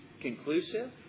conclusive